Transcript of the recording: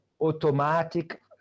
automatic